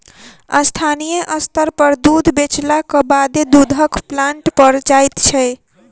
स्थानीय स्तर पर दूध बेचलाक बादे दूधक प्लांट पर जाइत छै